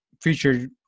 featured